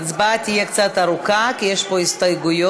ההצעה תהיה קצת ארוכה כי יש פה הסתייגויות.